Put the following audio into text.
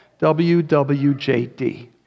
WWJD